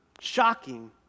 shocking